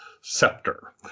scepter